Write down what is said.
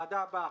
לוועדה הבאה.